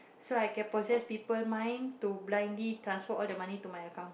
so I can just possess people mind to blindly transfer all the money to my account